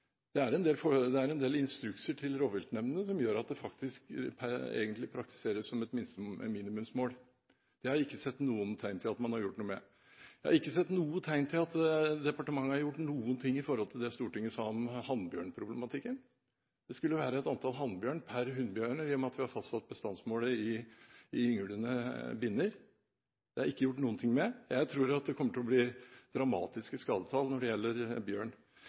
minimumsmål. Det har jeg ikke sett noen tegn til at man har gjort noe med. Jeg har ikke sett noe tegn til at departementet har gjort noen ting i forhold til det Stortinget sa om hannbjørnproblematikken. Det skulle være et antall hannbjørner per hunnbjørner, i og med at vi har fastsatt bestandsmålet i ynglende binner. Det er det ikke gjort noen ting med. Jeg tror at det kommer til å bli dramatiske skadetall når det gjelder bjørn.